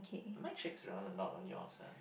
mine checks around a lot of yours ah